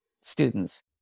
students